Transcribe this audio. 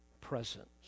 presence